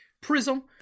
Prism